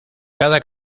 cada